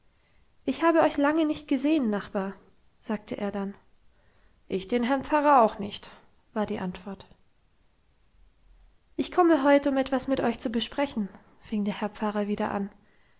ich habe euch lange nicht gesehen nachbar sagte er dann ich den herrn pfarrer auch nicht war die antwort ich komme heut um etwas mit euch zu besprechen fing der herr pfarrer wieder an